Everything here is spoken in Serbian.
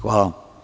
Hvala.